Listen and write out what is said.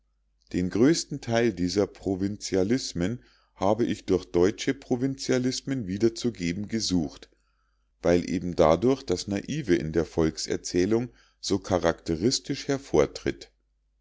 den größten theil dieser provinzialismen habe ich durch deutsche provinzialismen wiederzugeben gesucht weil eben dadurch das naive in der volkserzählung so charakteristisch hervortritt